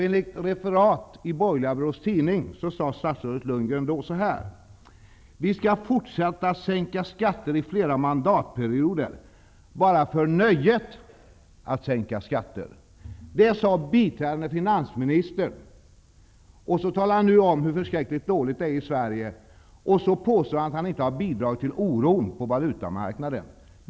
Enligt referat i borgerliga Borås Tidning sade statsrådet Lundgren så här: ''Vi skall fortsätta att sänka skatter i flera mandatperioder, bara för nöjet att sänka skatter.'' Det sade biträdande finansministern. Nu talar han om hur förskräckligt dåligt det är i Sverige, och så påstår han att han inte har bidragit till oron på valutamarknaden.